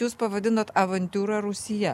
jūs pavadinot avantiūra rūsyje